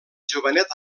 jovenet